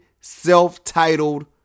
self-titled